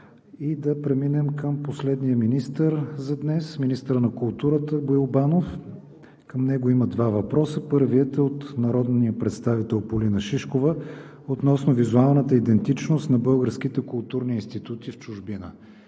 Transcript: Да преминем към последния министър за днес – министърът на културата Боил Банов. Към него има два въпроса. Първият е от народния представител Полина Шишкова относно визуалната идентичност на българските културни институти в чужбина.